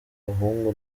abahungu